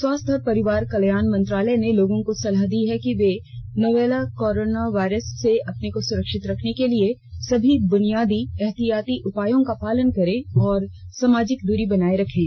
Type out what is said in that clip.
स्वास्थ्य और परिवार कल्याण मंत्रालय ने लोगों को सलाह दी है कि वे नोवल कोरोना वायरस से अपने को सुरक्षित रखने के लिए सभी बुनियादी एहतियाती उपायों का पालन करें और सामाजिक दूरी बनाए रखें